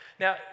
Now